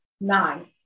Nine